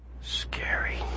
Scary